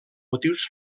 motius